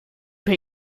per